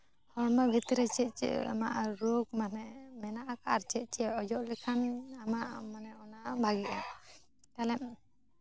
ᱦᱚᱲᱢᱚ ᱵᱷᱤᱛᱨᱤ ᱪᱮᱫ ᱪᱮᱫ ᱮᱢᱟᱜᱼᱟ ᱨᱳᱜᱽ ᱢᱟᱱᱮ ᱢᱮᱱᱟᱜ ᱟᱠᱟᱫᱟ ᱟᱨ ᱪᱮᱫ ᱪᱮᱫ ᱚᱡᱚᱜ ᱞᱮᱠᱷᱟᱱ ᱟᱢᱟᱜ ᱢᱟᱱᱮ ᱚᱱᱟ ᱵᱷᱟᱜᱮᱜᱼᱟ ᱛᱟᱦᱞᱮ